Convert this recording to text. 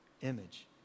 image